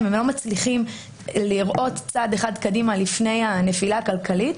והם לא מצליחים לראות צעד אחד קדימה לפני הנפילה הכלכלית.